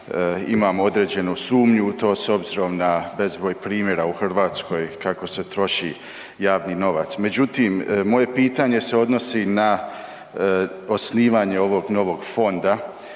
Imamo određenu sumnju u to s obzirom na bezbroj primjera u Hrvatskoj kako se troši javni novac. Međutim, moje pitanje se odnosi na osnivanje ovog novog fonda.